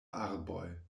arboj